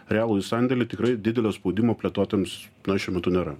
realųjį sandėlį tikrai didelio spaudimo plėtotojams na šiuo metu nėra